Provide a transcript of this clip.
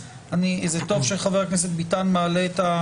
טוב שחבר הכנסת ביטן מעלה את העניין.